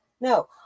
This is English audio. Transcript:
No